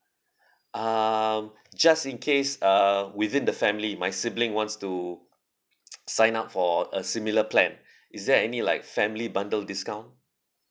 um just in case err within the family my sibling wants to sign up for a similar plan is there any like family bundle discount